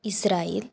Israel